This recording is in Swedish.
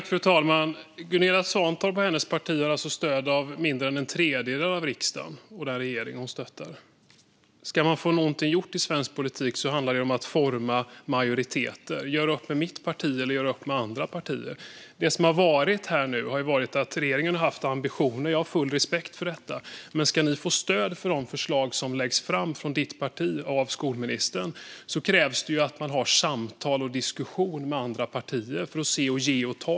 Fru talman! Gunilla Svantorp, hennes parti och regeringen har alltså stöd av mindre än en tredjedel av riksdagen. Ska man få någonting gjort i svensk politik handlar det ju om att forma majoriteter - att göra upp med mitt parti eller med andra partier. Det vi har sett här nu är att regeringen har haft ambitioner. Jag har full respekt för det. Men ska ni socialdemokrater få stöd för de förslag som läggs fram av skolministern krävs det ju att ni har samtal och diskussion med andra partier för att ge och ta i detta.